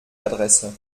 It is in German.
adresse